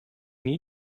need